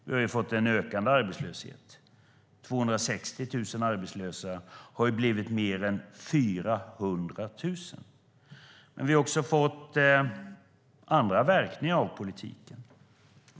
Vi har fått en ökande arbetslöshet. 260 000 arbetslösa har blivit mer än 400 000. Men vi har också fått andra verkningar av politiken.